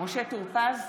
משה טור פז,